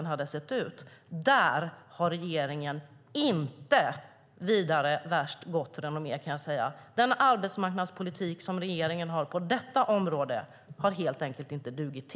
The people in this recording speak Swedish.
Där har regeringen inget vidare gott renommé, kan jag säga. Den arbetsmarknadspolitik som regeringen har på detta område har helt enkelt inte dugt.